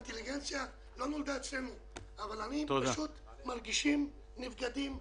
האינטליגנציה לא נולדה אצלנו אבל פשוט אנחנו מרגישים נבגדים,